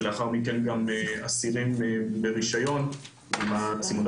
ולאחר מכן גם אסירים ברישיון עם הצימוד.